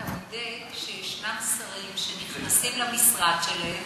אתה מודה שיש שרים שנכנסים למשרד שלהם